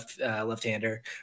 left-hander